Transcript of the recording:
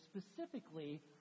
specifically